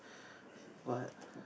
but